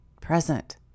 present